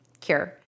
Cure